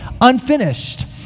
unfinished